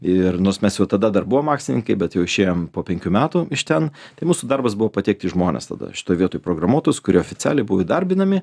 ir nors mes jau tada dar buvom akcininkai bet jau išėjom po penkių metų iš ten tai mūsų darbas buvo pateikti žmones tada šitoj vietoj programuotojus kurie oficialiai buvo įdarbinami